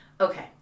Okay